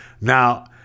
Now